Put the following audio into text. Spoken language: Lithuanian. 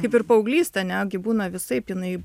kaip ir paauglystė ane gi būna visaip jinai